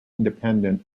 independent